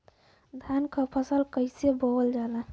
धान क फसल कईसे बोवल जाला?